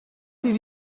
did